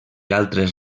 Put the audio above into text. altres